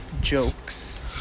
jokes